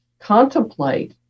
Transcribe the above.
contemplate